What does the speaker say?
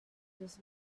those